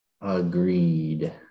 Agreed